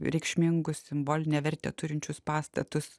reikšmingus simbolinę vertę turinčius pastatus